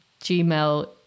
gmail